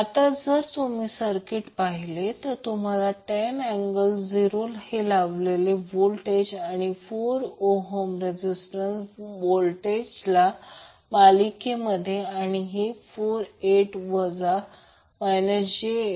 आता जर तुम्ही सर्किट पाहिले तर तुम्हाला 10 अँगल 0 हे लावलेला व्होल्टेज आणि 4 ohm रेझीस्टंस व्होल्टेजला मालिकेमध्ये आणि हे पॅरालल 8 ohm वजा j6